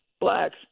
blacks